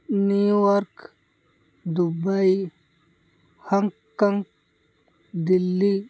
New York Dubai Hong Kong Delhi